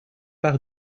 par